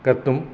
कर्तुं